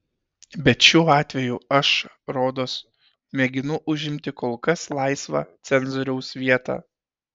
bet šiuo atveju aš rodos mėginu užimti kol kas laisvą cenzoriaus vietą